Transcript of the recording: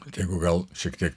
kad jeigu gal šiek tiek